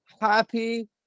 Happy